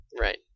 Right